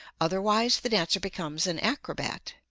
otherwise the dancer becomes an acrobat.